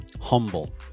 Humble